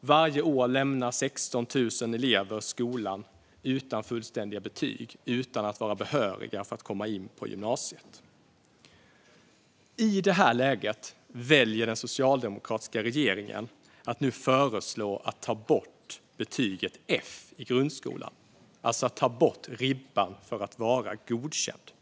Varje år lämnar 16 000 elever skolan utan fullständiga betyg och utan att vara behöriga att komma in på gymnasiet. I det läget väljer den socialdemokratiska regeringen att nu föreslå att man ska ta bort betyget F i grundskolan, att man ska ta bort ribban för att vara godkänd.